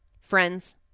Friends